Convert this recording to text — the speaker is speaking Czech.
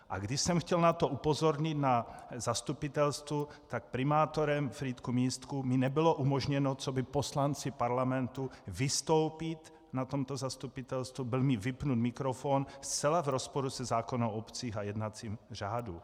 A když jsem chtěl na to upozornit na zastupitelstvu, tak primátorem FrýdkuMístku mi nebylo umožněno coby poslanci Parlamentu vystoupit na tomto zastupitelstvu, byl mi vypnut mikrofon zcela v rozporu se zákonem o obcích a jednacím řádu.